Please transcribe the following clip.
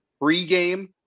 pregame